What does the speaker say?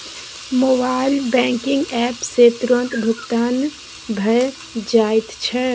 mobile banking app सँ तुरतें भुगतान भए जाइत छै